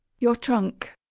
your trunk.